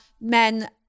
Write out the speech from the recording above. men